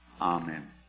Amen